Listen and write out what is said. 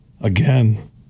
again